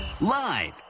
Live